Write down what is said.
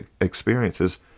experiences